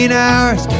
hours